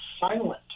silent